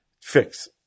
fix